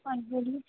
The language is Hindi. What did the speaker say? और बोलिए